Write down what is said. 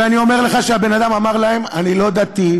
ואני אומר לך שהבן-אדם אמר להם: אני לא דתי,